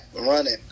Running